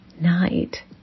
night